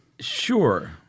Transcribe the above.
Sure